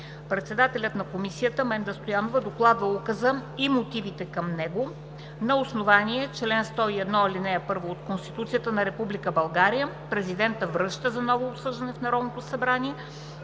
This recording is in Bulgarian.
Председателят на Комисията Менда Стоянова докладва Указа и мотивите към него. На основание чл. 101, ал. 1 от Конституцията на Република България Президентът връща за ново обсъждане в Народното събрание